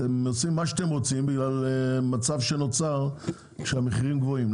אתם עושים מה שאתם רוצים בגלל מצב שנוצר כשהמחירים גבוהים.